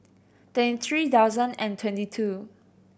twenty three thousand and twenty two